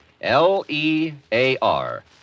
L-E-A-R